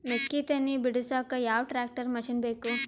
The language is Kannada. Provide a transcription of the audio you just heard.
ಮೆಕ್ಕಿ ತನಿ ಬಿಡಸಕ್ ಯಾವ ಟ್ರ್ಯಾಕ್ಟರ್ ಮಶಿನ ಬೇಕು?